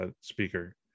speaker